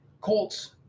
Colts